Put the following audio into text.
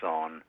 on